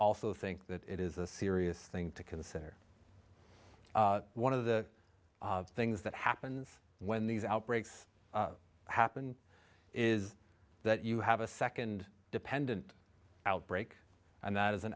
also think that it is a serious thing to consider one of the things that happens when these outbreaks happen is that you have a second dependent outbreak and that is an